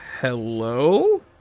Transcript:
hello